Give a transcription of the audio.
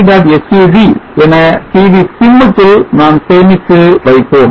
sub என pvsim க்குள் நான் சேமிப்பு சேமித்து வைப்போம்